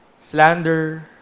slander